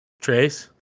Trace